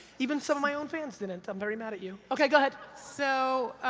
even some of my own fans didn't, i'm very mad at you. okay, go ahead. so,